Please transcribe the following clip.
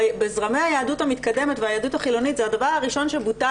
בזרמי היהדות המתקדמת והיהדות החילונית זה הדבר הראשון שבוטל,